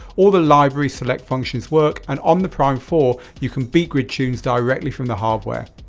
all the library select functions work. and on the prime four, you can beat grid tunes directly from the hardware.